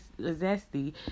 zesty